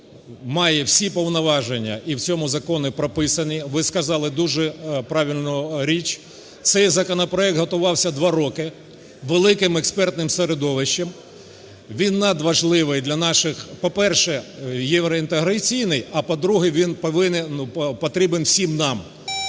має всі повноваження, і в цьому законі прописані. Ви сказали дуже правильну річ: цей законопроект готувався два роки великим експертним середовищем, він надважливий для наших, по-перше, євроінтеграційний, а по-друге, він потрібен всім нам,